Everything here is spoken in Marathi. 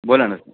बोला ना सर